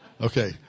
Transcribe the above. Okay